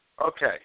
Okay